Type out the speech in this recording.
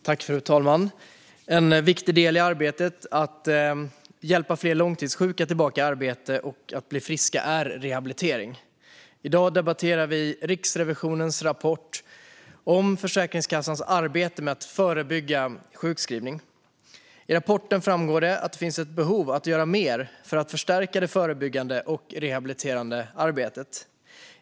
Fru talman! En viktig del i arbetet för att hjälpa fler långtidssjuka att komma tillbaka i arbete och att bli friska är rehabilitering. Nu debatterar vi Riksrevisionens rapport om Försäkringskassans arbete med att förebygga sjukskrivning. I rapporten framgår det att det finns ett behov av att göra mer för att förstärka det förebyggande och rehabiliterande arbetet.